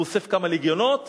הוא אוסף כמה לגיונות,